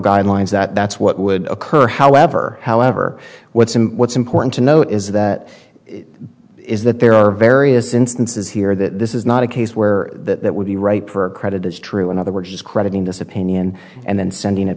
guidelines that that's what would occur however however would some what's important to know is that is that there are various instances here that this is not a case where that would be right for a credit is true in other words discrediting this opinion and then sending it